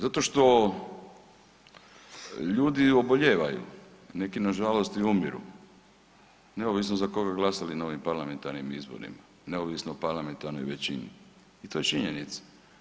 Zato što ljudi obolijevaju, neki na žalost i umiru neovisno za koga glasali na ovim parlamentarnim izborima, neovisno o parlamentarnoj većini i to je činjenica.